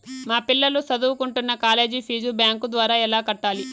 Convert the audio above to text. మా పిల్లలు సదువుకుంటున్న కాలేజీ ఫీజు బ్యాంకు ద్వారా ఎలా కట్టాలి?